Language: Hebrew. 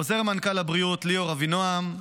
לעוזר מנכ"ל הבריאות ליאור אבינועם,